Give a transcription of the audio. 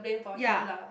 ya